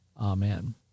Amen